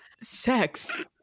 sex